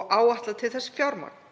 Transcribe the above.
og áætla til þess fjármagn.